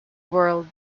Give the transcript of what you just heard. world